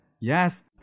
Yes